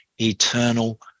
eternal